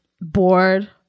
bored